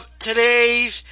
today's